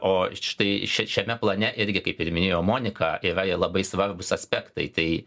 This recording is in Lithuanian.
o štai šia šiame plane irgi kaip ir minėjo monika yra labai svarbūs aspektai tai